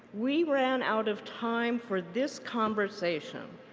we ran out of time for this conversation,